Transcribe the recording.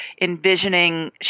envisioning